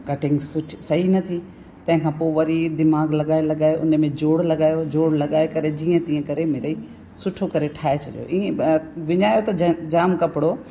cutting सुठ सही न थी तंहिंखां पोइ वरी दिमाग़ लॻाए लॻाए उन में जोड़ लॻायो जोड़ लॻाए करे जीअं तीअं करे मिड़ई सुठो करे ठाहे छॾियो ईअं विञायो त ज जाम कपिड़ो